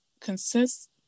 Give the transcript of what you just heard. consists